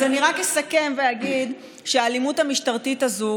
אז אני רק אסכם ואגיד שהאלימות המשטרתית הזו,